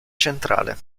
centrale